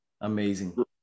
Amazing